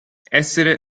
essere